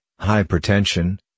hypertension